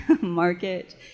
market